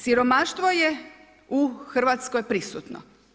Siromaštvo je u Hrvatskoj prisutno.